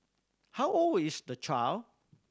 how old is the child